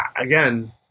again